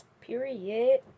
Period